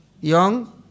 young